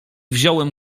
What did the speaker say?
wziąłem